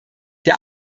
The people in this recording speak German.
der